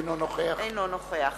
אינו נוכח